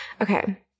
Okay